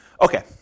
Okay